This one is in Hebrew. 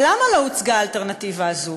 למה לא הוצגה האלטרנטיבה הזאת